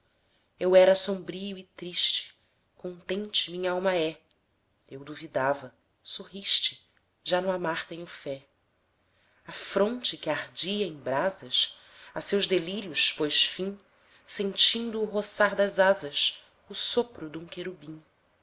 eu era sombrio e triste contente minhalma é eu duvidava sorriste já no amar tenho fé mangue a fronte que ardia em brasas a seus delírios pôs fim sentindo o roçar das asas o sopro dum querubim